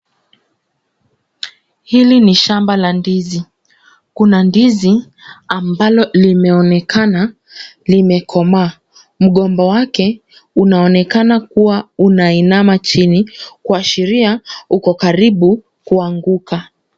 Hili ni shamba la ndizi. Kuna ndizi ambalo limeonekana limekomaa. Mgomba wake unaonekana kuwa unainama chini, kuashiria uko karibu kuanguka.